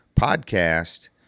podcast